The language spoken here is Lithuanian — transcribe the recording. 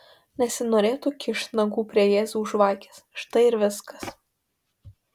nesinorėtų kišt nagų prie jėzaus žvakės štai ir viskas